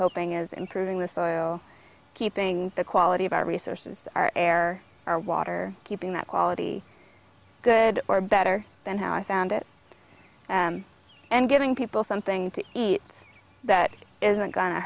hoping is improving the soil keeping the quality of our resources our air our water keeping that quality good or better than how i found it and giving people something to eat that isn't go